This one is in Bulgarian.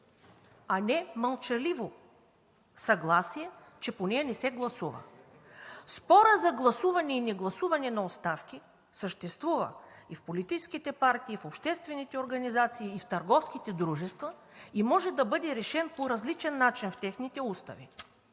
а не мълчаливо съгласие, че по нея не се гласува. Спорът за гласуване и негласуване на оставки съществува и в политическите партии, и в обществените организации, и в търговските дружества, и може да бъде решен по различен начин в техните устави,